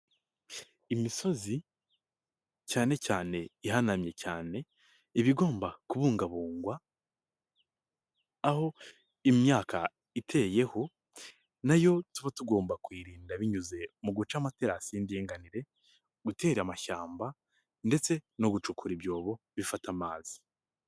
Imisozi cyanecyane ihanamye cyane, iba igomba kubungwabungwa, aho imyaka iteyeho nayo tuba tugomba kuyirinda binyuze mu guca amaterasi y'indinganire, gutera amashyamba ndetse no gucukura ibyobo bifata amazi.